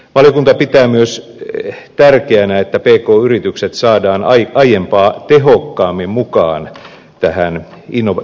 valiokunta pitää myös tärkeänä että pk yritykset saadaan aiempaa tehokkaammin mukaan tähän innovaatiotoimintaan